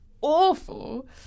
awful